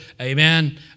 amen